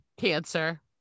cancer